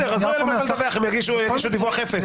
הם יגישו דיווח אפס.